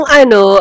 ano